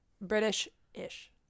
British-ish